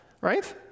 right